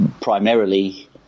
primarily